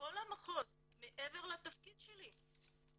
מכל המחוז מעבר לתפקיד שלי.